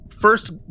First